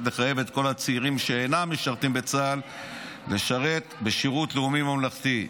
לחייב את כל הצעירים שאינם משרתים בצה"ל לשרת בשירות לאומי-ממלכתי.